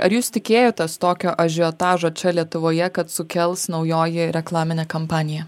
ar jūs tikėjotės tokio ažiotažo čia lietuvoje kad sukels naujoji reklaminė kampanija